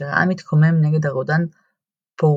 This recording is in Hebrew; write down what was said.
כאשר העם התקומם נגד הרודן פורפיריו